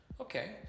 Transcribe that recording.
Okay